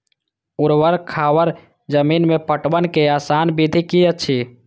ऊवर खावर जमीन में पटवनक आसान विधि की अछि?